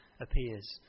appears